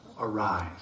arise